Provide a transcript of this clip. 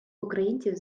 українців